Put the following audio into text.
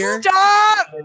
Stop